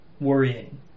worrying